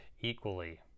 equally